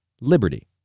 liberty